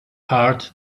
heart